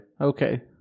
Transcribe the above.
Okay